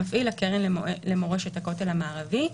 "המפעיל" הקרן למורשת הכותל המערבי."